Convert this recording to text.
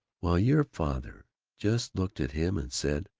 well, your father just looked at him and said,